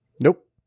Nope